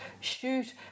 Shoot